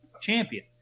champion